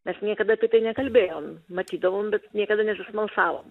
mes niekada apie tai nekalbėjom matydavom bet niekada nesismalsavom